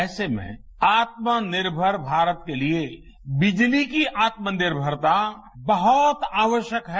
ऐसे में आत्मनिर्भर भारत के लिए बिजली की आत्मनिर्भरता बहुत आवश्यक है